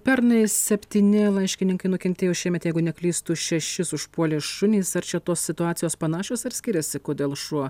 pernai septyni laiškininkai nukentėjo šiemet jeigu neklystu šešis užpuolė šunys ar čia tos situacijos panašios ar skiriasi kodėl šuo